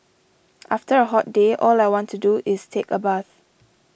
after a hot day all I want to do is take a bath